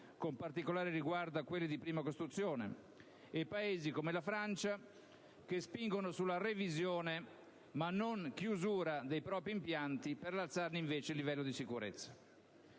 con particolare riguardo a quelle di prima costruzione, e Paesi come la Francia, che spingono sulla revisione ma non chiusura dei propri impianti, per alzarne invece il livello di sicurezza.